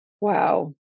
Wow